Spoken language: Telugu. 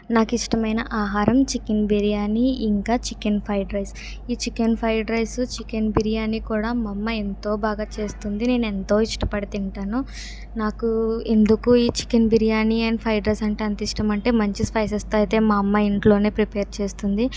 నాకు ఇష్టమైన ఆహారం చికెన్ బిర్యానీ ఇంకా చికెన్ ఫ్రైడ్ రైస్ ఈ chicken fried rice chicken biryani కూడా మా అమ్మ ఎంతో బాగా చేస్తుంది నేను ఎంతో ఇష్టపడి తింటాను నాకు ఎందుకు ఈ chicken biryani and fried rice అంటే అంత ఇష్టమంటే మంచి స్పైసస్తో అయితే మా అమ్మ ఇంట్లోనే ప్రిపేర్ చేస్తుంది